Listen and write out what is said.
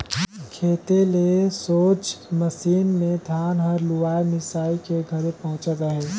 खेते ले सोझ मसीन मे धान हर लुवाए मिसाए के घरे पहुचत अहे